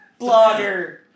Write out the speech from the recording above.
Blogger